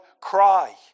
cry